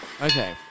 Okay